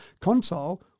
console